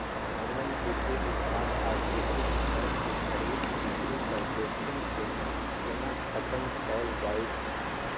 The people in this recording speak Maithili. ऑनलाइन कृषि उत्पाद आ कृषि उपकरण के खरीद बिक्री पर जोखिम के केना खतम कैल जाए छै?